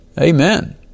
Amen